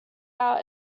out